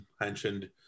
mentioned